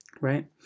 right